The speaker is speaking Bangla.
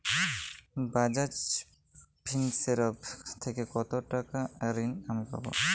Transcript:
বাজাজ ফিন্সেরভ থেকে কতো টাকা ঋণ আমি পাবো?